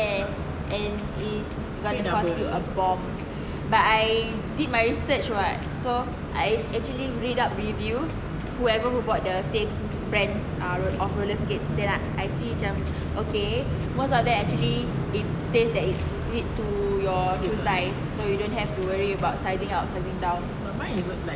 yes and is like cost you a bomb but I did my research [what] so I actually read up review whoever who bought the same brand uh of roller skates then I see macam okay most of them actually it said that is fit to your true size so you don't have to worry about sizing up or sizing down